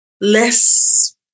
less